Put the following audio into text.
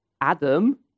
Adam